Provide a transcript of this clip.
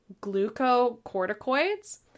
glucocorticoids